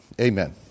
Amen